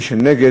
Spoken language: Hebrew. ומי שנגד,